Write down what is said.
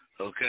Okay